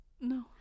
no